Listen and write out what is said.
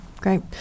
great